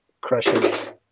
crushes